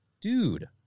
Dude